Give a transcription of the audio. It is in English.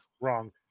Wrong